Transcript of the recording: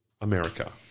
America